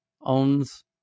owns